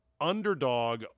underdog